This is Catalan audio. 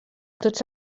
tots